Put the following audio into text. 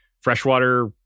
freshwater